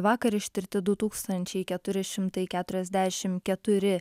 vakar ištirti du tūkstančiai keturi šimtai keturiasdešimt keturi